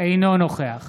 אינו נוכח